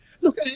Look